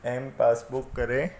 M passbook करे